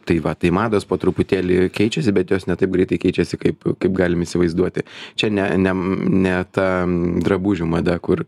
tai va tai mados po truputėlį keičiasi bet jos ne taip greitai keičiasi kaip kaip galim įsivaizduoti čia ne ne ne ta drabužių mada kur